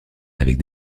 avec